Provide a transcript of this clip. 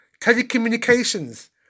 telecommunications